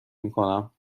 میکنم